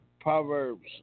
Proverbs